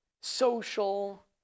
social